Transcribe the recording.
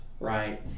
Right